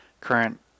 current